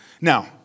Now